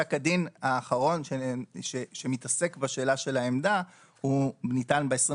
פסק הדין האחרון שמתעסק בשאלה של העמדה ניתן ב-23